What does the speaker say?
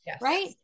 right